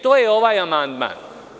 To je ovaj amandman.